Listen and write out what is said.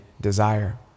desire